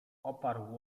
oparł